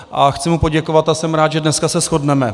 A chci mu poděkovat a jsem rád, že dneska se shodneme.